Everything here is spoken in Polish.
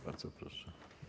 Bardzo proszę.